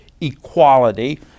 equality